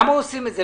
למה עושים את זה?